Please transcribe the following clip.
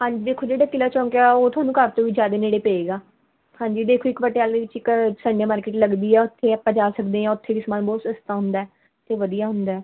ਹਾਂਜੀ ਦੇਖੋ ਜਿਹੜੇ ਕਿਲਾ ਚੌਂਕ ਆ ਉਹ ਤੁਹਾਨੂੰ ਘਰ ਤੋਂ ਵੀ ਜ਼ਿਆਦਾ ਨੇੜੇ ਪਏਗਾ ਹਾਂਜੀ ਦੇਖੋ ਇੱਕ ਪਟਿਆਲੇ ਵਿੱਚ ਇੱਕ ਸੰਡੇ ਮਾਰਕੀਟ ਲੱਗਦੀ ਆ ਉੱਥੇ ਆਪਾਂ ਜਾ ਸਕਦੇ ਹਾਂ ਉੱਥੇ ਵੀ ਸਮਾਨ ਬਹੁਤ ਸਸਤਾ ਹੁੰਦਾ ਅਤੇ ਵਧੀਆ ਹੁੰਦਾ